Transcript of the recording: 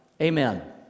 Amen